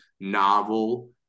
novel